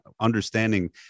understanding